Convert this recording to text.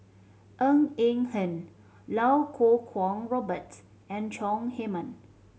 Ng Eng Hen Iau Kuo Kwong Robert and Chong Heman